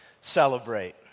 celebrate